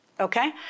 Okay